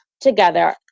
together